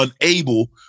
unable